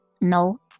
No